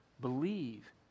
Believe